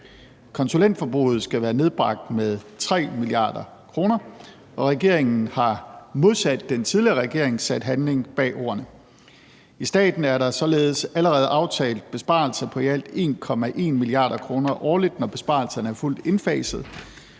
Konsulentforbruget skal være nedbragt med 3 mia. kr., og regeringen har modsat den tidligere regering sat handling bag ordene. I staten er der således allerede aftalt besparelser på i alt 1,1 mia. kr. årligt, når besparelserne er fuldt indfaset.